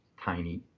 tiny